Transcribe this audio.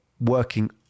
working